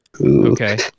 okay